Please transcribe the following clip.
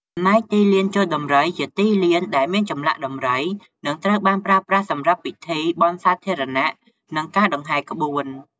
ចំណែកទីលានជល់ដំរី ជាទីលានដែលមានចម្លាក់ដំរី និងត្រូវបានប្រើប្រាស់សម្រាប់ពិធីបុណ្យសាធារណៈ និងការដង្ហែរក្បួន។